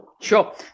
Sure